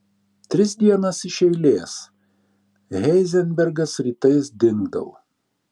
tris dienas iš eilės heizenbergas rytais dingdavo